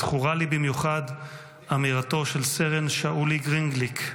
זכורה לי במיוחד אמירתו של סרן שאולי גרינגליק,